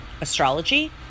astrology